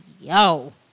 yo